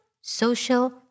social